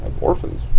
orphans